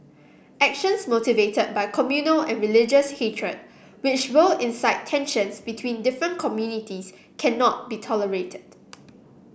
actions motivated by communal and religious hatred which will incite tensions between different communities cannot be tolerated